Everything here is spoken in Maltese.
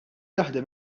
taħdem